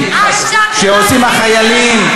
החיילים, שעושים החיילים.